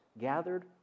gathered